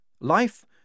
Life